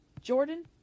Jordan